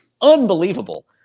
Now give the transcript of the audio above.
Unbelievable